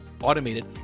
automated